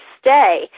stay